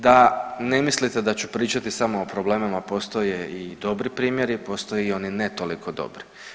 Da ne mislite da ću pričati samo o problemima, postoje i dobri primjeri, postoje i oni ne toliko dobri.